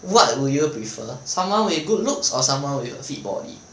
what would you prefer someone with good looks or someone with a fit body